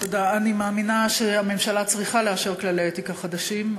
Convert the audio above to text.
אני מאמינה שהממשלה צריכה לאשר כללי אתיקה חדשים.